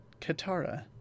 Katara